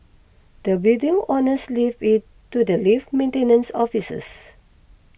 the building owners leave it to the lift maintenance officers